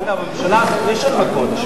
אגב, יש הנמקות.